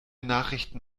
nachrichten